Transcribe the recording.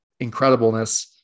incredibleness